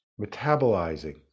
metabolizing